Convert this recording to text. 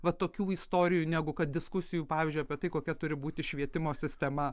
va tokių istorijų negu kad diskusijų pavyzdžiui apie tai kokia turi būti švietimo sistema